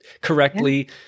correctly